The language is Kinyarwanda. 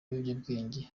ibiyobyabwenge